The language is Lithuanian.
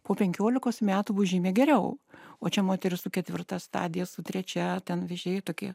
po penkiolikos metų bus žymiai geriau o čia moterys su ketvirta stadija su trečia ten vėžiai tokie